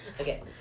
Okay